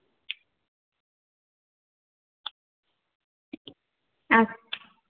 ಹಾಂ